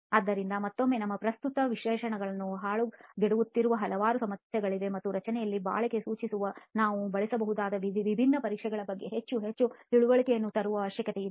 ಆದ್ದರಿಂದ ಮತ್ತೊಮ್ಮೆ ನಮ್ಮ ಪ್ರಸ್ತುತ ವಿಶೇಷಣಗಳನ್ನು ಹಾಳುಗೆಡವುತ್ತಿರುವ ಹಲವಾರು ಸಮಸ್ಯೆಗಳಿವೆ ಮತ್ತು ರಚನೆಯಲ್ಲಿ ಬಾಳಿಕೆ ಸೂಚಿಸಲು ನಾವು ಬಳಸಬಹುದಾದ ವಿಭಿನ್ನ ಪರೀಕ್ಷೆಗಳ ಬಗ್ಗೆ ಹೆಚ್ಚು ಹೆಚ್ಚು ತಿಳುವಳಿಕೆಯನ್ನು ತರುವ ಅವಶ್ಯಕತೆಯಿದೆ